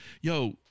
Yo